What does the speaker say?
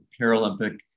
paralympic